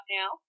now